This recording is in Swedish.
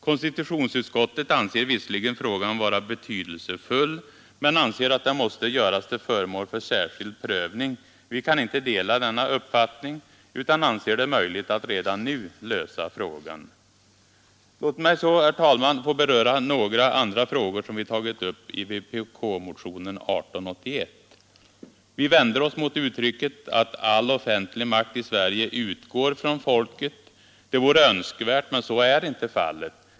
Konstitutionsutskottet anser visserligen frågan vara betydelsefull men säger att den måste göras till föremål för särskild prövning. Vi kan inte dela denna uppfattning utan anser det möjligt att redan nu lösa frågan. Låt mig så, herr talman, få beröra några andra frågor som vi har tagit upp i vpk-motionen 1881. Vi vänder oss mot uttrycket att all offentlig makt i Sverige utgår från folket. Det vore önskvärt, men så är inte fallet.